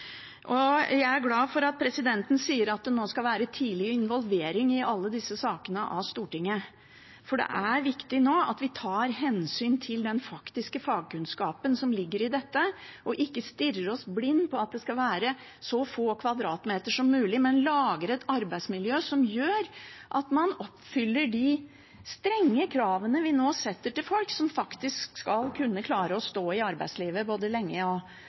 Jeg er glad for at presidenten sier at det nå skal være tidlig involvering av Stortinget i alle disse sakene, for det er viktig nå at vi tar hensyn til den faktiske fagkunnskapen som ligger i dette, og ikke stirrer oss blind på at det skal være så få kvadratmeter som mulig, men lager et arbeidsmiljø som gjør at man oppfyller de strenge kravene vi nå setter til folk som faktisk skal kunne klare å stå i arbeidslivet både lenge og